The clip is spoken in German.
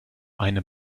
eine